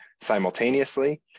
simultaneously